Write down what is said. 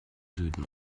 süden